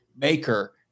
maker